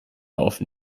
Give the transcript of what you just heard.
offen